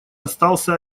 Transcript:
остался